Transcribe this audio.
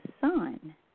sun